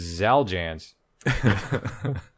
Zaljans